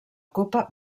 copa